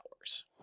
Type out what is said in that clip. hours